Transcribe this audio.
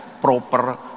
proper